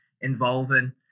involving